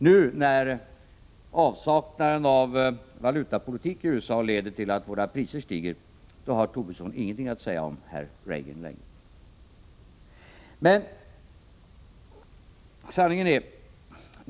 Nu, när avsaknaden av valutapolitik i USA leder till att våra priser stiger, har Lars Tobisson inte längre någonting att säga om president Reagan.